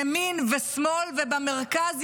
ימין ושמאל ובמרכז,